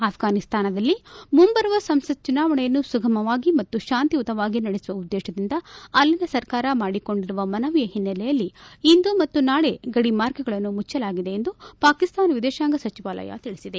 ಆಫ್ರಾನಿಸ್ತಾನದಲ್ಲಿ ಮುಂಬರುವ ಸಂಸತ್ ಚುನಾವಣೆಯನ್ನು ಸುಗಮವಾಗಿ ಮತ್ತು ಶಾಂತಿಯುತವಾಗಿ ನಡೆಸುವ ಉದ್ದೇತದಿಂದ ಅಲ್ಲಿನ ಸರ್ಕಾರ ಮಾಡಿಕೊಂಡಿರುವ ಮನವಿಯ ಹಿನ್ನೆಲೆಯಲ್ಲಿ ಇಂದು ಮತ್ತು ನಾಳೆ ಗಡಿ ಮಾರ್ಗಗಳನ್ನು ಮುಚ್ಚಲಾಗಿದೆ ಎಂದು ಪಾಕಿಸ್ನಾನ ವಿದೇಶಾಂಗ ಸಚಿವಾಲಯ ತಿಳಿಸಿದೆ